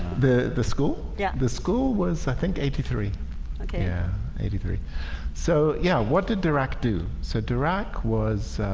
the the school yeah the school was i think eighty three like yeah eighty three so yeah, what did dirac do so dirac was?